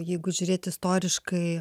jeigu žiūrėt istoriškai